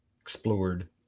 explored